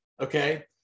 okay